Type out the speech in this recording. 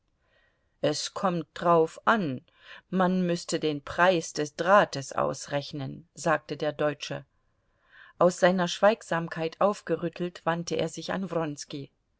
es kommt drauf an man müßte den preis des drahtes ausrechnen sagte der deutsche aus seiner schweigsamkeit aufgerüttelt wandte er sich an